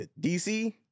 DC